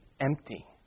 empty